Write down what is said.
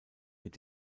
mit